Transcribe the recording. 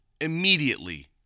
immediately